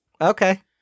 Okay